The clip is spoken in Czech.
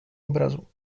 obrazu